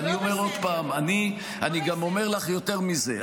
אני גם אומר לך יותר מזה,